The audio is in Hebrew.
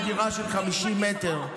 לדירה של 50 מ"ר.